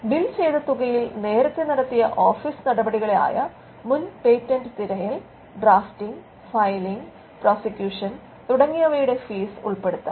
bill ചെയ്ത തുകയിൽ നേരത്തെ നടത്തിയ ഓഫിസ് നടപടികളായ മുൻ പേറ്റന്റ് തിരയൽ ഡ്രാഫ്റ്റിംഗ് ഫയലിംഗ് പ്രോസിക്യൂഷൻ തുടങ്ങിയവയുടെ ഫീസ് ഉൾപ്പെടുത്താം